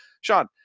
sean